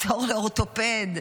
תור לאורתופד,